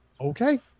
okay